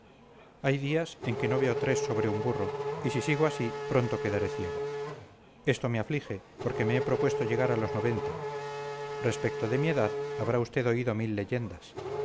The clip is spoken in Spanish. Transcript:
hay días en que no veo tres sobre un burro y si sigo así pronto quedaré ciego esto me aflige porque me he propuesto llegar a los noventa respecto de mi edad habrá usted oído mil leyendas